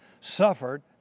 suffered